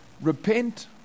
repent